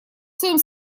своем